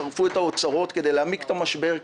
שרפו את האוצרות כדי להעמיק את המשבר,